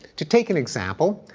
to take an example,